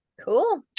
cool